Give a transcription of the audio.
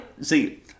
See